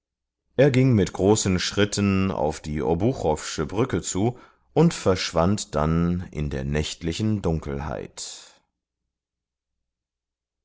er ging mit großen schritten auf die obuchoffsche brücke zu und verschwand dann in der nächtlichen dunkelheit